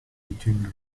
between